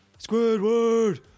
Squidward